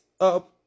up